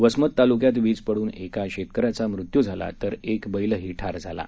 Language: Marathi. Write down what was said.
वसमत तालुक्यांत वीज पडून एका शेतकऱ्याचा मृत्यू झाला तर एक बैलही ठार झाला आहे